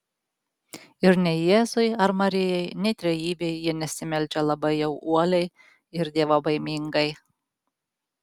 ir nei jėzui ar marijai nei trejybei jie nesimeldžia labai jau uoliai ir dievobaimingai